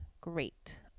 great